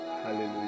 Hallelujah